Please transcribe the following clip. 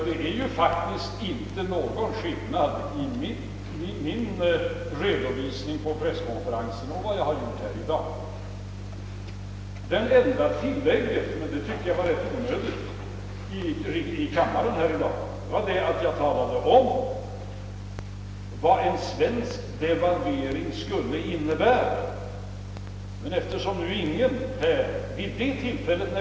Det är faktiskt inte någon skillnad mellan min redovisning på presskonferensen och den jag givit i dag. Den enda skillnaden är att jag i dag inte talat om vad en svensk devalvering skulle innebära — jag tyckte det var rätt onödigt.